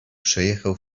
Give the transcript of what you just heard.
przejechał